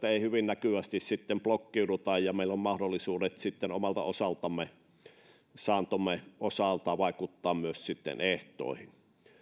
ei hyvin näkyvästi blokkiuduta ja meillä on mahdollisuudet omalta osaltamme saantomme osalta vaikuttaa myös ehtoihin